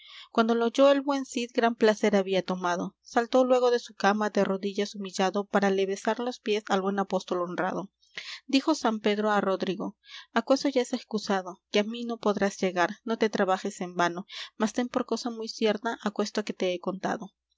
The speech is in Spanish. cuando lo oyó el buen cid gran placer había tomado saltó luégo de su cama de rodillas humillado para le besar los piés al buen apóstol honrado dijo sant pedro á rodrigo aqueso ya es excusado que á mí no podrás llegar no te trabajes en vano mas ten por cosa muy cierta aquesto que te he contado